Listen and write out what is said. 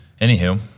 Anywho